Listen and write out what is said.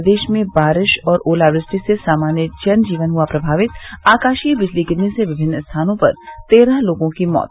प्रदेश में बारिश और ओलावृष्टि से सामान्य जन जीवन हुआ प्रभावित आकाशीय बिजली गिरने से विभिन्न स्थानों पर तेरह लोगों की मौत